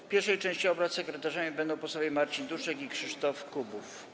W pierwszej części obrad sekretarzami będą posłowie Marcin Duszek i Krzysztof Kubów.